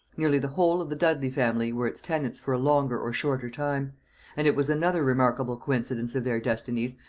nearly the whole of the dudley family were its tenants for a longer or shorter time and it was another remarkable coincidence of their destinies,